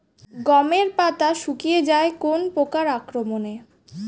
গমের পাতা শুকিয়ে যায় কোন পোকার আক্রমনে?